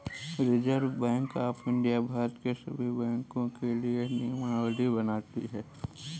reserve Bank of India Bharat के सभी बैंकों के लिए नियमावली बनाती है